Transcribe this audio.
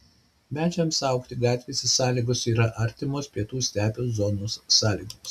medžiams augti gatvėse sąlygos yra artimos pietų stepių zonos sąlygoms